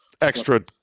extra